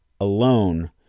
alone